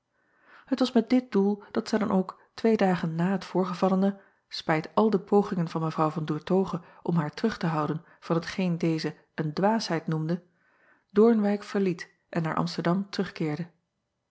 et was met dit doel dat zij dan ook twee dagen na het voorgevallene spijt al de pogingen van w an oertoghe om haar terug te houden van hetgeen deze een dwaasheid noemde oornwijck verliet en naar msterdam terugkeerde